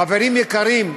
חברים יקרים,